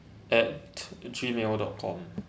at Gmail dot com